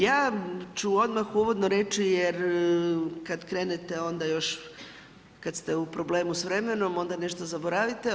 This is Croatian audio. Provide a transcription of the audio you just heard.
Ja ću odmah uvodno reći, jer kad krenete onda još kad ste u problemu s vremenom, onda nešto zaboravite.